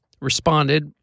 responded